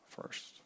first